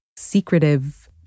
secretive